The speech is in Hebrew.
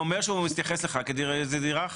הוא אומר שהוא מתייחס לזה כדירה אחת.